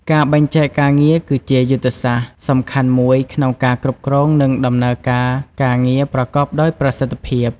ការបែងចែកការងារ គឺជាយុទ្ធសាស្ត្រសំខាន់មួយក្នុងការគ្រប់គ្រង និងដំណើរការការងារប្រកបដោយប្រសិទ្ធភាព។